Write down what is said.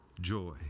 joy